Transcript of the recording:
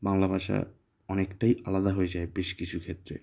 বাংলা ভাষা অনেকটাই আলাদা হয়ে যায় বেশ কিছু ক্ষেত্রে